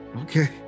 Okay